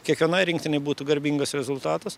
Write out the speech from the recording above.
kiekvienai rinktinei būtų garbingas rezultatas